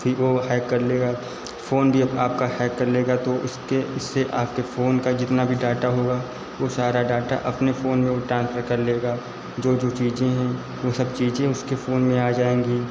फिर वह हैक कर लेगा फ़ोन भी आपका हैक कर लेगा तो इसके इससे आपके फ़ोन का जितना भी डाटा होगा वह सारा डाटा अपने फ़ोन में वह ट्रांसफर कर लेगा जो जो चीज़ें हैं वह सब चीजें उसके फ़ोन में आ जाएँगी